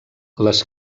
les